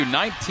19